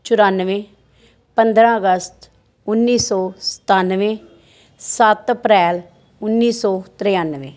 ਚਰੱਨਵੇ ਪੰਦਰਾਂ ਅਗਸਤ ਉੱਨੀ ਸੌ ਸਤੱਨਵੇ ਸੱਤ ਅਪ੍ਰੈਲ ਉੱਨੀ ਸੌ ਤਰੱਨਵੇ